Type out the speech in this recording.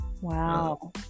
Wow